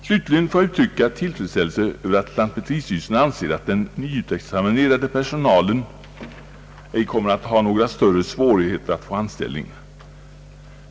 Slutligen får jag uttrycka tillfredsställelse över att lantmäteristyrelsen anser ait den nyutexaminerade personalen ej kommer att ha några större svårigheter att få anställning.